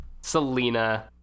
Selena